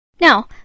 Now